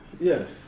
Yes